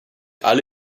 alle